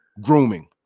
Grooming